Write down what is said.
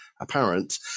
apparent